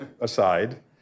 aside